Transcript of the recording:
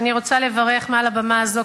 אני רוצה לברך מעל הבמה הזאת,